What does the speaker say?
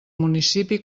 municipi